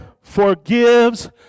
forgives